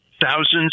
thousands